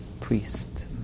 priest